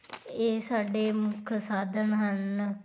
ਇਹ ਸਾਡੇ ਮੁੱਖ ਸਾਧਨ ਹਨ